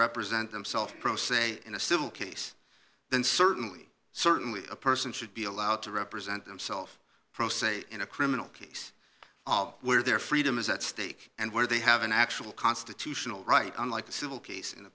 represent himself pro se in a civil case then certainly certainly a person should be allowed to represent himself pro se in a criminal case where their freedom is at stake and where they have an actual constitutional right unlike the civil case in